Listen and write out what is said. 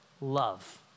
love